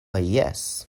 jes